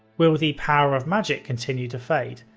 will the power of magick continue to fade?